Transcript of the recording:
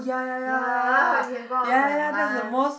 ya you can go out to have lunch